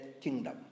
kingdom